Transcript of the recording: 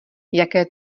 jaké